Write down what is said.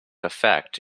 effect